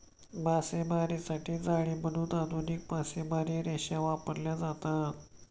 मासेमारीसाठी जाळी म्हणून आधुनिक मासेमारी रेषा वापरल्या जातात